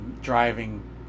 driving